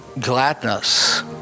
gladness